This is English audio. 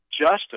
justice